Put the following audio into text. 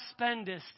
spendest